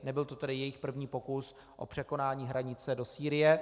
Nebyl to tedy jejich první pokus o překonání hranice do Sýrie.